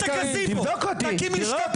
דבר ראשון לאחל בהצלחה -- לא,